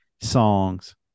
songs